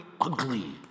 ugly